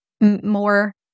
more